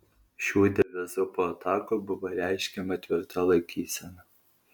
šiuo devizu po atakų buvo reiškiama tvirta laikysena